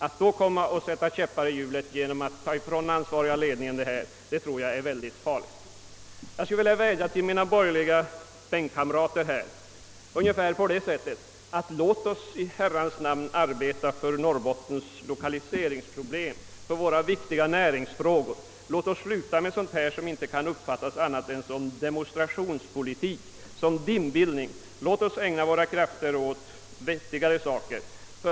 Att då sätta käppar i hjulet genom att ta ifrån den ansvariga ledningen bestämmanderätten i detta fall tror jag är farligt. Jag vill vädja till mina borgerliga länskamrater och säga: Låt oss i Herrans namn arbeta för att lösa Norrbottens lokaliseringsproblem, låt oss arbeta för våra viktiga näringsfrågor! Men låt oss sluta upp med sådant här, som inte kan uppfattas som annat än de monstrationspolitik, som dimbildning! Låt oss ägna våra krafter åt vettigare frågor!